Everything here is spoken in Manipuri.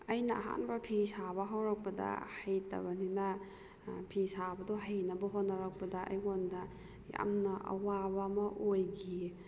ꯑꯩꯅ ꯑꯍꯥꯟꯕ ꯐꯤ ꯁꯥꯕ ꯍꯧꯔꯛꯄꯗ ꯍꯩꯇꯕꯅꯤꯅ ꯐꯤ ꯁꯥꯕꯗꯣ ꯍꯩꯅꯕ ꯍꯣꯠꯅꯔꯛꯄꯗ ꯑꯩꯉꯣꯟꯗ ꯌꯥꯝꯅ ꯑꯋꯥꯕ ꯑꯃ ꯑꯣꯏꯈꯤꯌꯦ